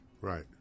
Right